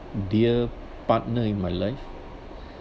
dear partner in my life